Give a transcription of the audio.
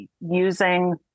using